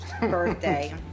birthday